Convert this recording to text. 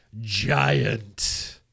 Giant